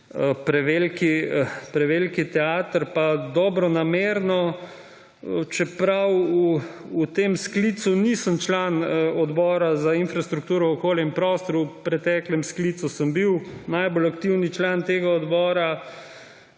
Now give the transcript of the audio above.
prevelik teater. Dobronamerno, čeprav v tem sklicu nisem član Odbora za infrastrukturo, okolje in prostor, v preteklem sklicu sem bil najbolj aktiven član tega odbora,